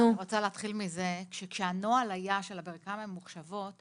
אני רוצה להתחיל מזה שכשהנוהל היה של הברכיים הממוחשבות,